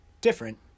different